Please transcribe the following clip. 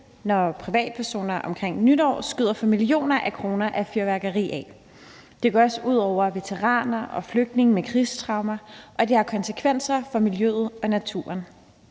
når privatpersoner omkring nytår skyder for millioner af kroner af fyrværkeri af. Det går også ud over veteraner og flygtninge med krigstraumer, og det har konsekvenser for miljøet og naturen,